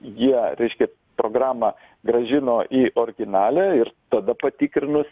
jie reiškia programą grąžino į originalią ir tada patikrinus